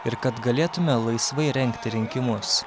ir kad galėtume laisvai rengti rinkimus